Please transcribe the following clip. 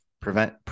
prevent